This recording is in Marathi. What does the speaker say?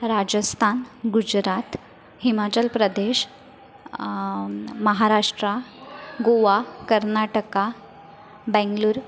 राजस्थान गुजरात हिमाचल प्रदेश महाराष्ट्र गोवा कर्नाटक बैंगलुरू